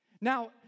Now